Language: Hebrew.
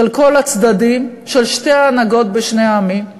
של כל הצדדים, של שתי ההנהגות בשני העמים,